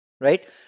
right